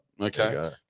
Okay